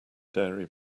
diary